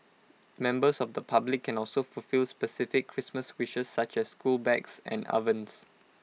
members of the public can also fulfil specific Christmas wishes such as school bags and ovens